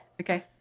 Okay